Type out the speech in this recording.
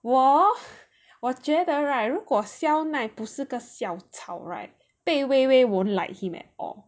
我 hor 我觉得 right 如果消耐不是个校草 right 贝微微 won't like him at all